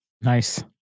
Nice